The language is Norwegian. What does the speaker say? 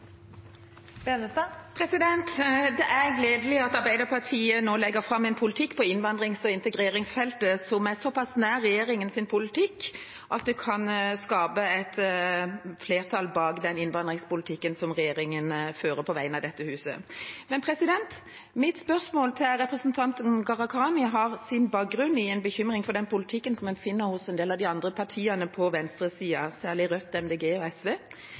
er gledelig at Arbeiderpartiet nå legger fram en politikk på innvandrings- og integreringsfeltet som er såpass nær regjeringas politikk at det kan skape et flertall bak den innvandringspolitikken som regjeringa fører på vegne av dette huset. Men mitt spørsmål til representanten Gharahkhani har sin bakgrunn i en bekymring for den politikken som en finner hos en del av de andre partiene på venstresida, særlig Rødt, Miljøpartiet De Grønne og SV.